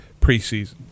preseason